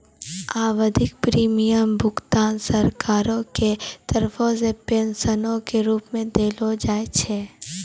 आवधिक प्रीमियम भुगतान सरकारो के तरफो से पेंशनो के रुप मे देलो जाय छै